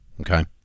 Okay